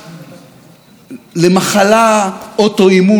המערכת תוקפת את עצמה, היא תוקפת את הגוף מבפנים.